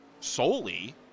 solely